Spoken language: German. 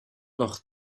noch